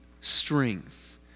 strength